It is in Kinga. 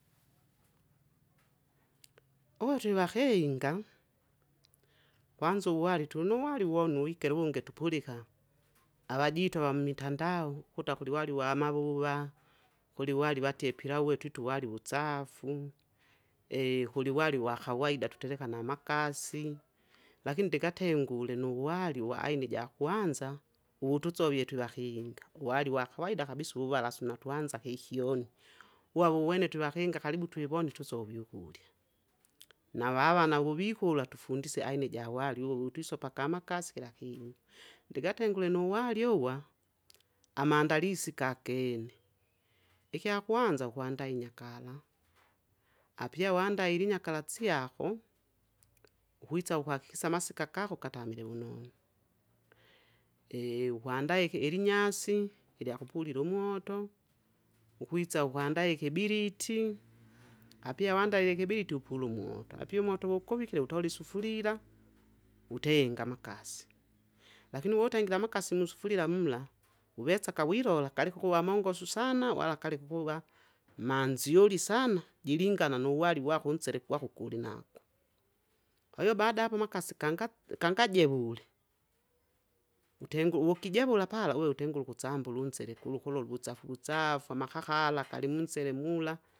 uhwe twevahenga, hwanzu wali tunu wali wonu wigelu wunge tupuliha, avajitu avammitandao, huta huli wali wa mauva, huli wali vatye pilau hwe twitu wali wutsafu, huli wali wa hawaida tuteleha na magasi. Lakin nde gatengule nu wali wa aini ja kwanza, utudzovye twe vahinga, wali wa hawaida habisu uvala sina twanza hihyoni, wawuwene twevahenga halibu twivondi tutsovyu hulya, navavana wevihula tufundisi aina ja wali uwo we twisopa ga magasi lahini, ndegatengule nu wali owa, amandalisi gagene, ihya hwanza, huandai nyakala, apya wuandaili nyakala tsyaho, witsa huhakikisa masiga gaho gatamile wunonu, uhandae hi- ilinyasi ilya kupulilu moto, uhwitsa uhandae kibiliti, apya uandaile kibiriti upulu moto, apya umoto ukuvikile utoli sufulila, utenga magasi. Lakini wotengile magasi msufulila mula, wuvetsaga wilola galihuva mongosu sana wala gali huhuva manzyoli sana, jilingana nu wali waho ntsele gwaho gulina, kwaiyo bada yapo makasi ganga- gangajehule, utengu- ukijehula pala uve utengulu kutsambulu nzele hulu kulolu utsafu- utsafu amahahala gali munzele mula.